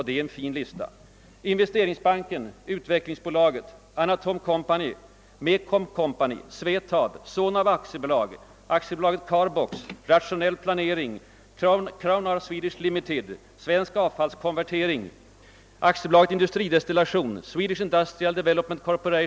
Det är en lång lista: Investeringsbanken, utvecklingsbolaget, Anatom Co. AB, Mecom Co. AB, SVETAB, Sonab AB, AB Carbox, Rationell Planering AB, Crownair Swedish Ltd AB, Svensk Avfallskonvertering AB, AB Industridestillation, Swedish Industrial Development Corp.